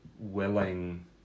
willing